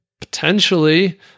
potentially